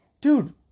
dude